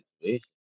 situation